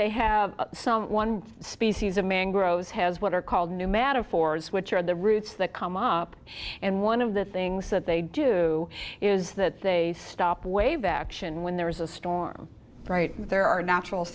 they have some one species a man grows has what are called pneumatic fords which are the roots that come up and one of the things that they do is that they stop wave action when there is a storm right there are natural